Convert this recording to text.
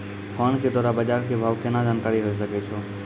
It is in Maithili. फोन के द्वारा बाज़ार भाव के केना जानकारी होय सकै छौ?